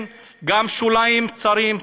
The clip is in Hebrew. גם שוליים צרים,